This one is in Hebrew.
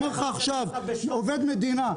אומר לך עכשיו עובד מדינה,